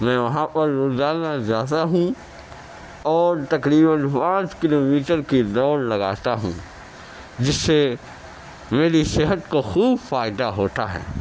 میں وہاں پر روزانہ جاتا ہوں اور تقریباََ پانچ کیلو میٹر کی دوڑ لگاتا ہوں جس سے میری صحت کو خوب فائدہ ہوتا ہے